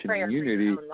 community